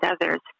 others